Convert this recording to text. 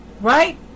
right